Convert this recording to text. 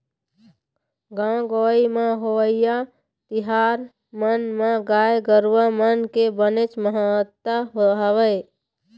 गाँव गंवई म होवइया तिहार मन म गाय गरुवा मन के बनेच महत्ता हवय